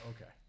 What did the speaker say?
okay